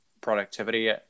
productivity